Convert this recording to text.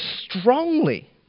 strongly